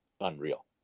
unreal